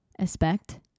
Expect